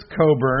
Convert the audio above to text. Coburn